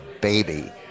baby